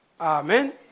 Amen